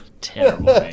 Terrible